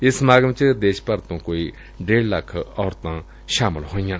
ਇਸ ਸਮਾਗਮ ਚ ਦੇਸ਼ ਭਰ ਤੋਂ ਕੋਈ ਡੇਢ ਲੱਖ ਔਰਤਾ ਸ਼ਾਮਲ ਹੋਈਆਂ